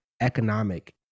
economic